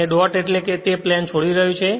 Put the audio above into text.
અને ડોટ એટલે કે તે પ્લેન છોડી રહ્યું છે